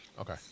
okay